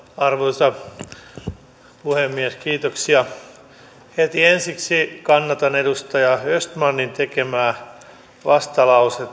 arvoisa puhemies heti ensiksi kannatan edustaja östmanin tekemää vastalause